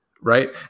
right